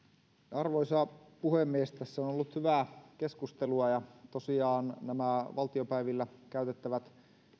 arvoisa puhemies tässä on ollut hyvää keskustelua ja tosiaan nämä valtiopäivillä käytettävät